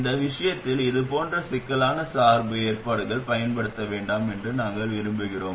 இந்த விஷயத்தில் இதுபோன்ற சிக்கலான சார்பு ஏற்பாடுகளைப் பயன்படுத்த வேண்டாம் என்று நாங்கள் விரும்புகிறோம்